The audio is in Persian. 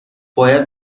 باید